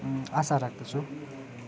आशा राख्दछु